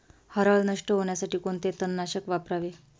हरळ नष्ट होण्यासाठी कोणते तणनाशक वापरावे?